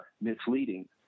misleading